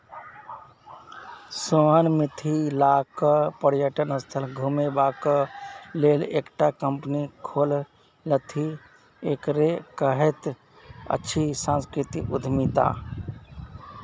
सोहन मिथिलाक पर्यटन स्थल घुमेबाक लेल एकटा कंपनी खोललथि एकरे कहैत अछि सांस्कृतिक उद्यमिता